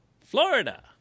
Florida